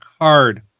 card